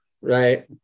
right